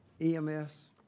EMS